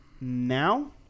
now